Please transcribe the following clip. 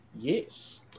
Yes